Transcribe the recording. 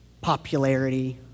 popularity